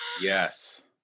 Yes